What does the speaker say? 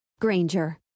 Granger